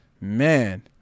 man